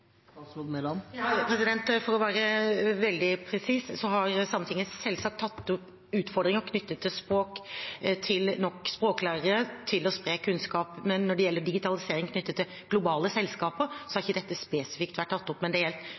For å være veldig presis: Sametinget har selvsagt tatt opp utfordringer knyttet til språk – til nok språklærere, til å spre kunnskap. Når det gjelder digitalisering knyttet til globale selskaper, har ikke det vært tatt opp spesifikt. Men det